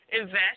invest